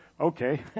okay